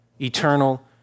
Eternal